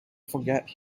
forget